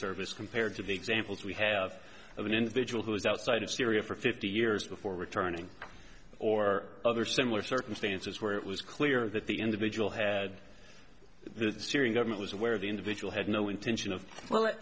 service compared to the examples we have of an individual who is outside of syria for fifty years before returning or other similar circumstances where it was clear that the individual had the syrian government was aware the individual had no intention of